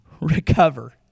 recover